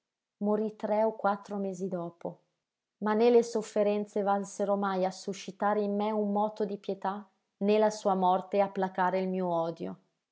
morí tre o quattro mesi dopo ma né le sofferenze valsero mai a suscitare in me un moto di pietà né la sua morte a placare il mio odio